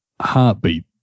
heartbeat